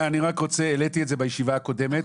העליתי את זה בישיבה הקודמת,